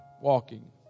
walking